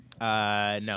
No